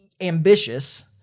ambitious